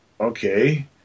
okay